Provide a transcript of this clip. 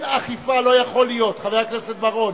לא יכול להיות, חבר הכנסת בר-און.